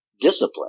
discipline